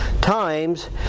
times